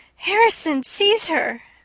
harrison. sees her,